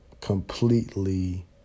completely